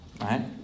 right